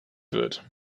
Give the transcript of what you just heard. wird